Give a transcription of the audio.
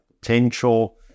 potential